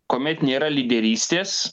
kuomet nėra lyderystės